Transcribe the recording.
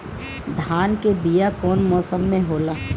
धान के बीया कौन मौसम में होला?